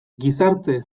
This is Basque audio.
gizarte